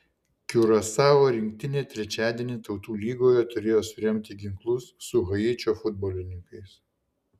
kiurasao rinktinė trečiadienį tautų lygoje turėjo suremti ginklus su haičio futbolininkais